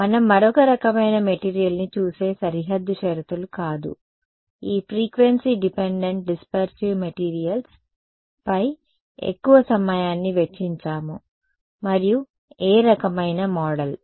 కాదు మనం మరొక రకమైన మెటీరియల్ని చూసే సరిహద్దు షరతులు కాదు ఈ ఫ్రీక్వెన్సీ డిపెండెంట్ డిస్పర్సివ్ మెటీరియల్స్ పై ఎక్కువ సమయాన్ని వెచ్చించాము మరియు ఏ రకమైన మోడల్